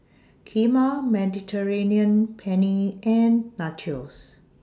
Kheema Mediterranean Penne and Nachos